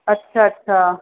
अच्छा अच्छा